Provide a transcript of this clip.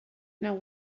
now